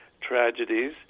tragedies